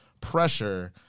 pressure –